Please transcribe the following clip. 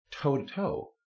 toe-to-toe